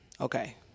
okay